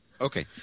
Okay